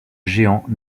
géants